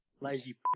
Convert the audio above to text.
Lazy